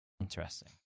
Interesting